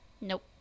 Nope